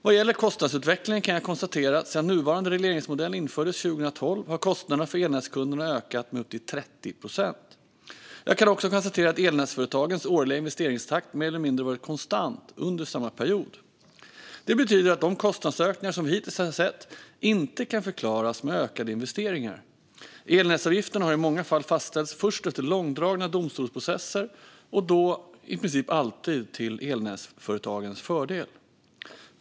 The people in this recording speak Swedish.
Vad gäller kostnadsutvecklingen kan jag konstatera att sedan nuvarande regleringsmodell infördes 2012 har kostnaderna för elnätskunderna ökat med upp till 30 procent. Jag kan också konstatera att elnätsföretagens årliga investeringstakt mer eller mindre varit konstant under samma period. Det betyder att de kostnadsökningar som vi hitintills har sett inte kan förklaras med ökade investeringar. Elnätsavgifterna har i många fall fastställts först efter långdragna domstolsprocesser och då i princip alltid till elnätsföretagens fördel.